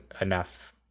enough